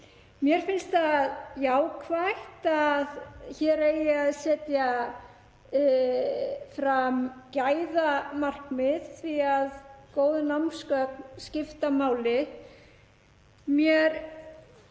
Mér finnst jákvætt að hér eigi að setja fram gæðamarkmið því að góð námsgögn skipta máli.